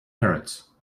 parrots